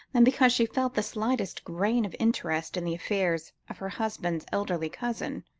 than because she felt the slightest grain of interest in the affairs of her husband's elderly cousin.